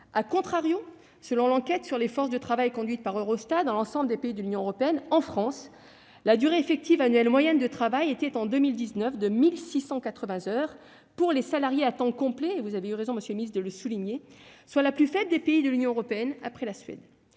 et de 3,4 %., selon l'enquête sur les forces de travail conduite par Eurostat dans l'ensemble des pays de l'Union européenne, en France, la durée effective annuelle moyenne du travail était en 2019 de 1 680 heures pour les salariés à temps complet- vous avez eu raison, monsieur le secrétaire d'État, de le souligner -, soit le plus faible taux des pays de l'Union européenne après la Suède.